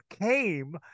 came